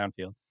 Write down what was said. downfield